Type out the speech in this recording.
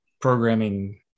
programming